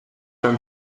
him